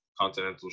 continental